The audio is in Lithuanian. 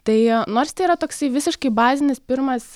tai nors tai yra toksai visiškai bazinis pirmas